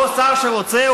אותו שר שרוצה,